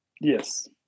Yes